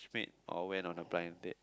match made or went on a blind date